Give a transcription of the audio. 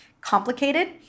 complicated